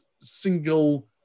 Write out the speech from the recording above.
single